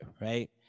right